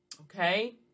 Okay